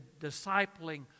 discipling